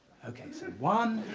okay, so one